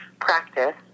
practice